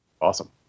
Awesome